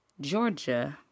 Georgia